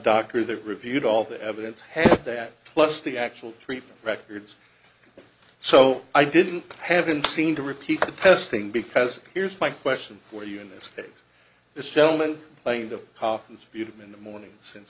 doctor that reviewed all the evidence has that plus the actual treatment records so i didn't have been seen to repeat the testing because here's my question for you in this case this gentleman playing the cop and beautiful in the morning